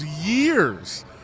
years